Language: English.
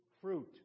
fruit